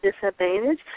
disadvantage